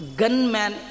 gunman